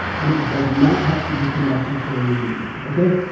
and it does not have to be connected to a religion. okay?